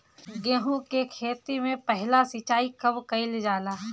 गेहू के खेती मे पहला सिंचाई कब कईल जाला?